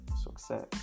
success